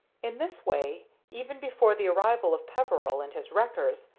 in this way, even before the arrival of peveril and his wreckers,